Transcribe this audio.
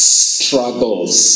struggles